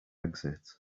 exit